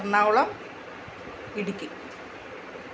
Ernakulam Idukki